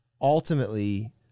Ultimately